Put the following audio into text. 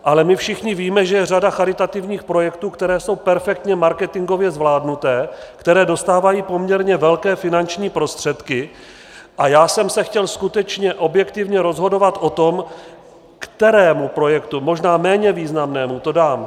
Ale my všichni víme, že je řada charitativních projektů, které jsou perfektně marketingově zvládnuté, které dostávají poměrně velké finanční prostředky, a já jsem se chtěl skutečně objektivně rozhodovat o tom, kterému projektu, možná méně významnému, to dám.